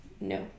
No